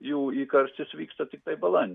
jų įkarštis vyksta tiktai balandį